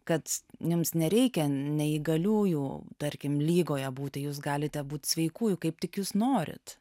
kad jums nereikia neįgaliųjų tarkim lygoje būti jūs galite būt sveikųjų kaip tik jūs norit